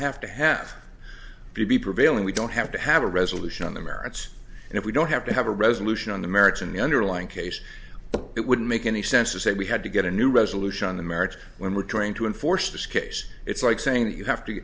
have to have to be prevailing we don't have to have a resolution on the merits and if we don't have to have a resolution on the merits in the underlying case it wouldn't make any sense to say we had to get a new resolution on the merits when we're trying to enforce this case it's like saying that you have to